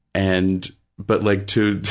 and, but like to,